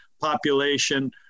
population